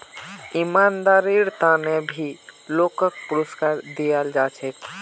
ईमानदारीर त न भी लोगक पुरुस्कार दयाल जा छेक